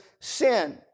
sin